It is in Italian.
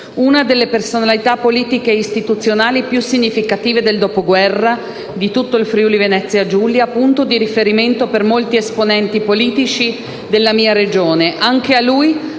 una della personalità politico-istituzionali più significative del Dopoguerra di tutto il Friuli-Venezia Giulia e punto di riferimento per molti esponenti politici della mia Regione. A lui